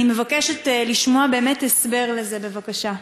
אני מבקשת לשמוע באמת הסבר לזה, בבקשה.